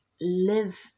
live